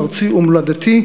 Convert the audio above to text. ארצי ומולדתי,